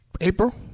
April